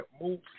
move